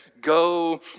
go